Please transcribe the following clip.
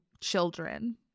children